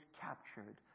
captured